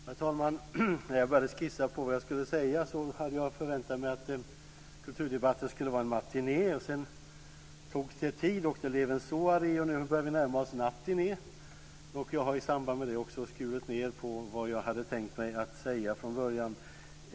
Herr talman! När jag började skissa på vad jag skulle säga här hade jag förväntat mig att kulturdebatten skulle vara en matiné. Sedan tog det tid, och det blev en soaré. Nu börjar vi närma oss en nattiné. Jag har i samband med detta också skurit ned på vad jag hade tänkt säga från början.